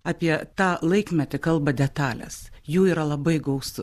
apie tą laikmetį kalba detalės jų yra labai gausu